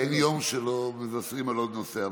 אין יום שלא מבשרים על עוד נושא,